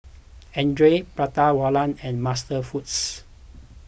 andre Prata Wala and MasterFoods